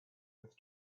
with